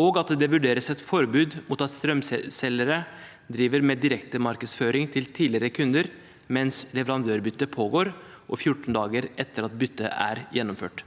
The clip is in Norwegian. og at det vurderes et forbud mot at strømselgere driver med direktemarkedsføring til tidligere kunder mens leverandørbyttet pågår og 14 dager etter at byttet er gjennomført.